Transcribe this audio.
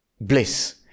bliss